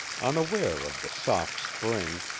unaware of the soft spring,